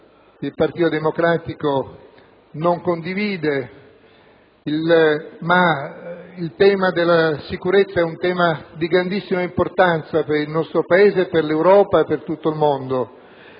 il Partito Democratico non condivide. Ma il tema della sicurezza è di grandissima importanza per il nostro Paese, per l'Europa e per tutto il mondo.